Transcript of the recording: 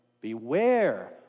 beware